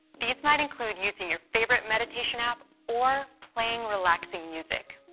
these might include using your favorite meditation app or playing relaxing music.